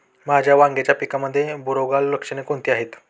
माझ्या वांग्याच्या पिकामध्ये बुरोगाल लक्षणे कोणती आहेत?